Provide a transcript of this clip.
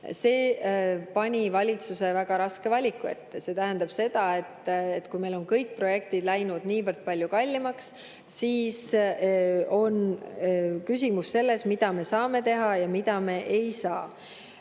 See pani valitsuse väga raske valiku ette. See tähendab seda, et kui meil on kõik projektid läinud niivõrd palju kallimaks, siis on küsimus selles, mida me saame teha ja mida me ei saa.